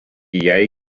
jai